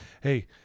hey